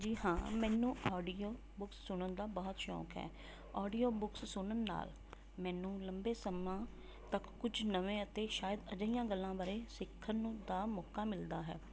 ਜੀ ਹਾਂ ਮੈਨੂੰ ਔਡੀਓ ਬੁੱਕ ਸੁਣਨ ਦਾ ਬਹੁਤ ਸ਼ੌਕ ਹੈ ਔਡੀਓ ਬੁੱਕਸ ਸੁਣਨ ਨਾਲ ਮੈਨੂੰ ਲੰਬੇ ਸਮਾਂ ਤੱਕ ਕੁਝ ਨਵੇਂ ਅਤੇ ਸ਼ਾਇਦ ਅਜਿਹੀਆਂ ਗੱਲਾਂ ਬਾਰੇ ਸਿੱਖਣ ਨੂੰ ਦਾ ਮੌਕਾ ਮਿਲਦਾ ਹੈ